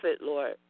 Lord